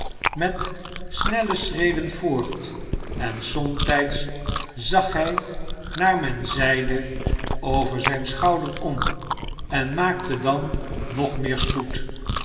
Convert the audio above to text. met snelle schreden voort en somtijds zag hij naar men zeide over zijn schouder om en maakte dan nog meer spoed